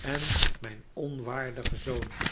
en mijn onwaardigen zoon